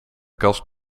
kast